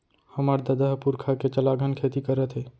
हमर ददा ह पुरखा के चलाघन खेती करत हे